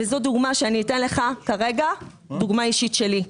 וזו דוגמה שאני אתן לך כרגע, דוגמה אישית שלי.